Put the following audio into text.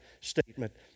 statement